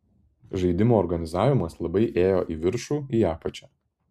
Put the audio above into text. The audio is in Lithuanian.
žaidimo organizavimas labai ėjo į viršų į apačią